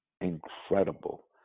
incredible